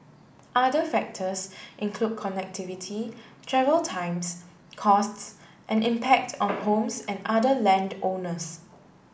other factors include connectivity travel times costs and impact on homes and other land owners